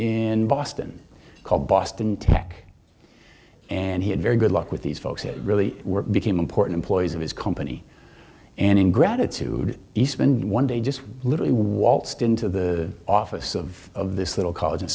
in boston called boston tech and he had very good luck with these folks it really became important employees of his company and in gratitude eastman one day just literally waltzed into the office of this little college and